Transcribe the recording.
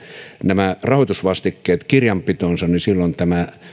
nämä rahoitusvastikkeet kirjanpitoonsa silloin